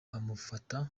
amufata